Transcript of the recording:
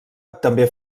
també